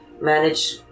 manage